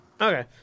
Okay